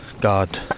God